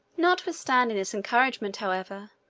notwithstanding this encouragement, however,